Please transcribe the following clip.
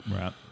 Right